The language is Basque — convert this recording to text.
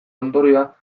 ondorioa